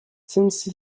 since